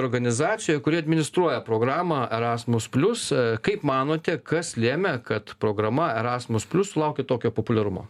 organizacijoj kuri administruoja programą erasmus plius kaip manote kas lėmė kad programa erasmus plius sulaukė tokio populiarumo